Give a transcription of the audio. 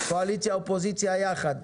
קואליציה ואופוזיציה ביחד,